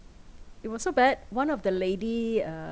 it was so bad one of the lady uh